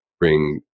bring